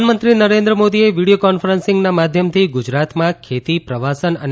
પ્રધાનમંત્રી નરેન્દ્ર મોદીડ video conferencing માધ્યમથી ગુજરાતમાં ખેતી પ્રવાસન અને